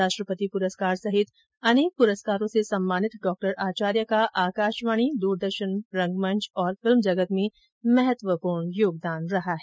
राष्ट्रपति पुरस्कार सहित अनेक प्रस्कारों से सम्मानित डॉ आचार्य का आकाशवाणी दूरदर्शन रंगमच तथा फिल्म जगत में महत्वपूर्ण योगदान रहा है